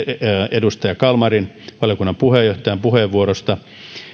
edustaja kalmarin valiokunnan puheenjohtajan puheenvuorosta